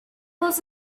was